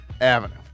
Avenue